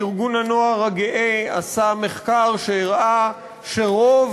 ארגון הנוער הגאה עשה מחקר שהראה שרוב